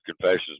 Confessions